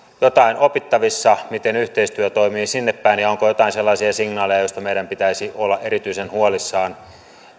jotain opittavissa miten yhteistyö toimii sinne päin ja onko jotain sellaisia signaaleja joista meidän pitäisi olla erityisen huolissaan